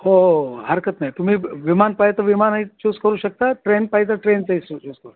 हो हो हो हरकत नाही तुम्ही विमान पाहिजे तर विमानही चूज करू शकता ट्रेन पाहिजे तर ट्रेनचंही